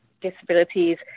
disabilities